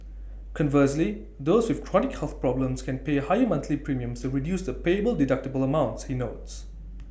conversely those with chronic health problems can pay higher monthly premiums to reduce the payable deductible amounts he notes